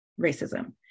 racism